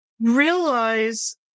realize